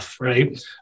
right